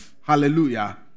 Hallelujah